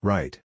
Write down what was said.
Right